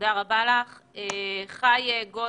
חי גוזלן,